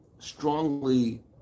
Strongly